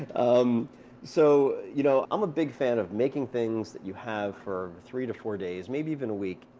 and um so you know i'm a big fan of making things that you have for three to four days, maybe even a week,